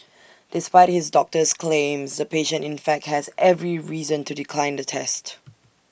despite his doctor's claims the patient in fact has every reason to decline the test